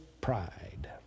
pride